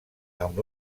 amb